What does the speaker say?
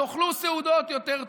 תאכלו סעודות, יותר טוב.